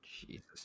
jesus